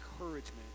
encouragement